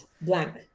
blank